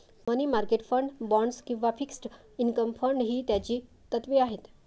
मनी market fund, bonds किंवा fixed income fund ही त्याची तत्त्वे आहेत